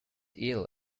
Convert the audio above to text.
eel